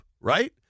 right